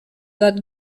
that